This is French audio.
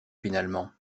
finalement